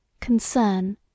Concern